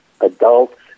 adults